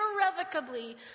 irrevocably